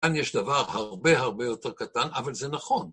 כאן יש דבר הרבה הרבה יותר קטן, אבל זה נכון.